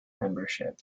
membership